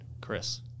Chris